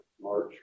March